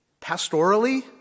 Pastorally